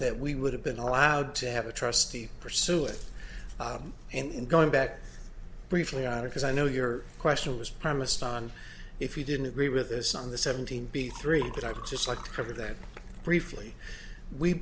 that we would have been allowed to have a trustee pursue it and going back briefly either because i know your question was premised on if you didn't agree with us on the seventeen b three but i'd just like for that briefly we